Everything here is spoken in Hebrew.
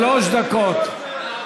שלוש דקות.